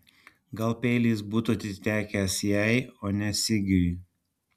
gal peilis būtų atitekęs jai o ne sigiui